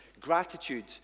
Gratitude